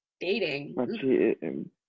dating